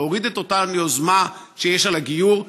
להוריד את אותה יוזמה שיש לגבי הגיור,